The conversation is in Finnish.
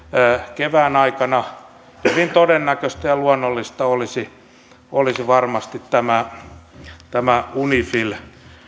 kevään aikaan hyvin todennäköistä ja luonnollista olisi olisi varmasti tämä tämä unifil